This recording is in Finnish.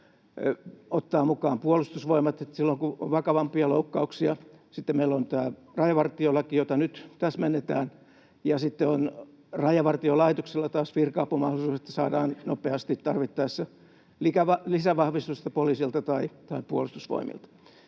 ottaa mukaan Puolustusvoimat silloin, kun on vakavampia loukkauksia. Sitten meillä on tämä rajavartiolaki, jota nyt täsmennetään, ja sitten on taas Rajavartiolaitoksella virka-apumahdollisuudet, niin että saadaan nopeasti tarvittaessa lisävahvistusta poliisilta tai Puolustusvoimilta.